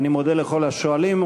אני מודה לכל השואלים,